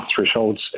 thresholds